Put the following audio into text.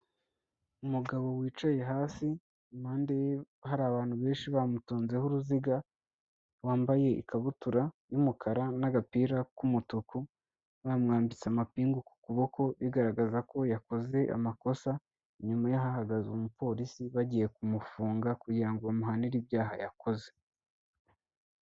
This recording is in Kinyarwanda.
Umugabo wicaye hasi impande ye hari abantu benshi bamutonzeho uruziga, wambaye ikabutura y'umukara n'agapira k'umutuku, bamwambitse amapingu ku kuboko bigaragaza ko yakoze amakosa, inyuma ye hahagaze umupolisi bagiye kumufunga kugira ngo bamuhanire ibyaha yakoze.